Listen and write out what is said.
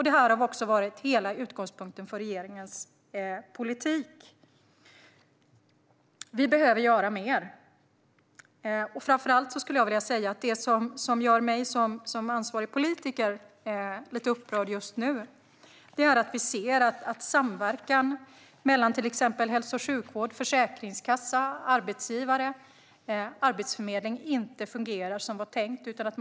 Detta har varit hela utgångspunkten för regeringens politik. Vi behöver göra mer. Framför allt skulle jag vilja säga att det finns något som gör mig som ansvarig politiker lite upprörd just nu. Det är att samverkan mellan till exempel hälso och sjukvården, Försäkringskassan, arbetsgivare och Arbetsförmedlingen inte fungerar som det var tänkt.